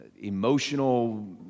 emotional